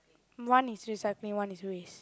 one is recycling one is waste